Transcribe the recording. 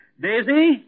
Daisy